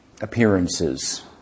appearances